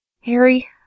Harry